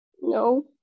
No